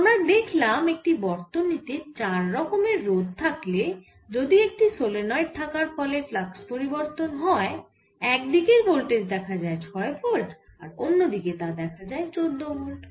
আমরা দেখলাম একটি বর্তনী তে চার রকমের রোধ থাকলে যদি একটি সলেনয়েড থাকার ফলে ফ্লাক্স পরিবর্তন হয় এক দিকের ভোল্টেজ দেখা যায় 6 ভোল্ট আবার অন্য দিকে তা দেখা যায় 14 ভোল্ট